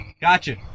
Gotcha